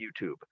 YouTube